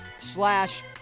slash